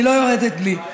אני לא יורדת בלי.